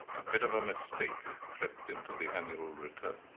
a bit of a mistake tripped into the annual return.